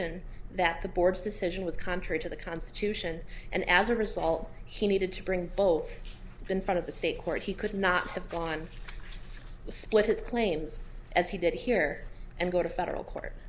assertion that the board's decision was contrary to the constitution and as a result he needed to bring both in front of the state court he could not have gone to split his claims as he did here and go to federal court